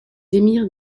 émirs